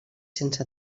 sense